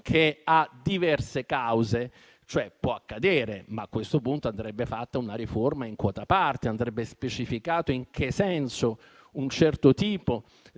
che ha diverse cause; può accadere, ma a questo punto andrebbe fatta una riforma in quota parte e specificato in che senso un certo tipo di